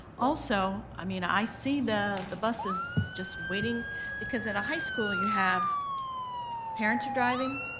also, i mean i see the the buses just waiting because at a high school you have parents are driving,